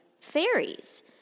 fairies